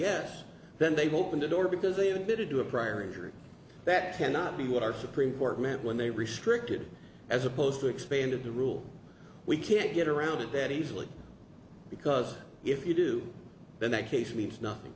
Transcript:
yes then they've opened a door because they've been to do a prior injury that cannot be what our supreme court meant when they restricted as opposed to expanded the rule we can't get around it that easily because if you do then that case means nothing